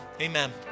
Amen